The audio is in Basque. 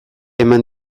eman